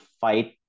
fight